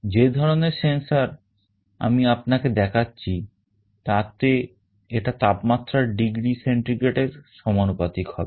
যে ধরনের sensor আমি আপনাকে দেখাচ্ছি তাতে এটা তাপমাত্রার ডিগ্রী সেন্টিগ্রেডের সমানুপাতিক হবে